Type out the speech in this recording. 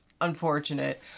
unfortunate